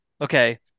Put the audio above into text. okay